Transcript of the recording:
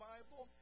Bible